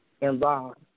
involved